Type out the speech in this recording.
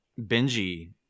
Benji